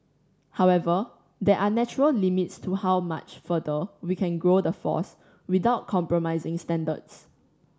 however there are natural limits to how much further we can grow the force without compromising standards